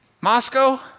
Moscow